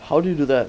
how do you do that